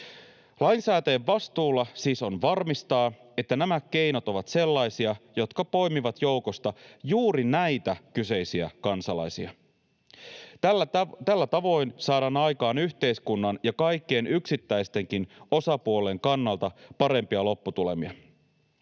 Lainsäätäjien vastuulla siis on varmistaa, että nämä keinot ovat sellaisia, jotka poimivat joukosta juuri näitä kyseisiä kansalaisia. Tällä tavoin saadaan aikaan yhteiskunnan ja kaikkien yksittäistenkin osapuolien kannalta parempia lopputulemia.